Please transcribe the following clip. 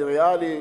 אני ריאלי,